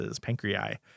pancreas